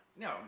No